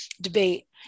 debate